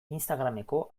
instagrameko